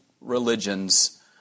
religions